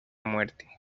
muerte